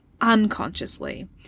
unconsciously